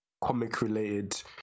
comic-related